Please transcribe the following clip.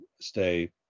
stay